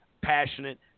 passionate